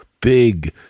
big